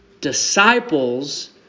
disciples